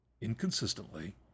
inconsistently